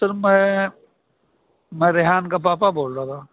سر میں میں ریحان کا پاپا بول رہا تھا